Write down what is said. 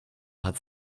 hat